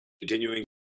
continuing